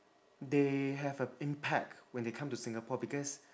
they have a impact when they come to singapore because